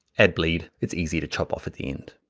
add bleed, it's easy to chop off at the end.